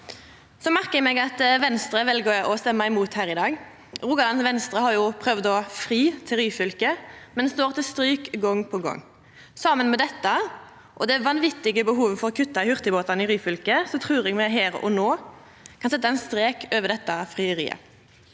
Eg merkar meg at Venstre vel å stemma imot her i dag. Rogaland Venstre har jo prøvd å fri til Ryfylke, men står til stryk gong på gong. Saman med dette og det vanvitige behovet for å kutta i hurtigbåtane i Ryfylke trur eg me her og no kan setja ein strek over dette frieriet.